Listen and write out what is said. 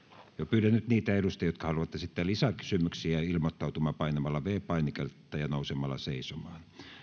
pyydän nyt niitä edustajia jotka haluavat esittää lisäkysymyksiä ilmoittautumaan painamalla viides painiketta ja nousemalla seisomaan